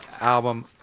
album